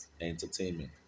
entertainment